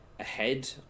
ahead